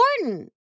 important